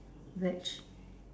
veg